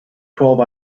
twelve